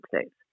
States